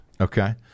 Okay